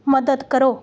ਮਦਦ ਕਰੋ